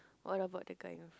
what about the guy now